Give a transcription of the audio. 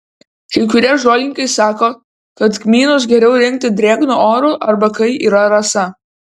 kai kurie žolininkai sako kad kmynus geriau rinkti drėgnu oru arba kai yra rasa